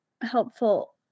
Helpful